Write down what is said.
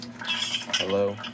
Hello